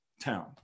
town